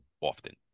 often